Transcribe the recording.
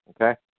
okay